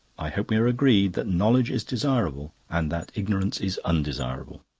i hope we are agreed that knowledge is desirable and that ignorance is undesirable.